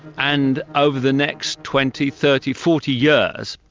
and over the next twenty, thirty, forty years,